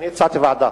אני הצעתי ועדה.